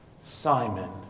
Simon